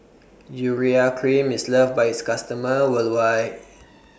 Urea Cream IS loved By its customers worldwide